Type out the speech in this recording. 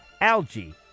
algae